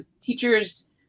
teachers